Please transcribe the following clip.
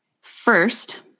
First